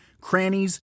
crannies